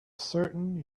certain